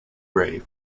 ray